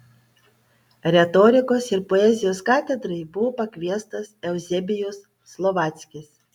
retorikos ir poezijos katedrai buvo pakviestas euzebijus slovackis